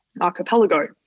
archipelago